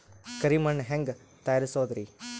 ಕರಿ ಮಣ್ ಹೆಂಗ್ ತಯಾರಸೋದರಿ?